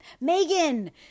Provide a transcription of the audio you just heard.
megan